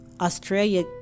Australia